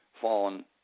fallen